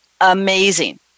amazing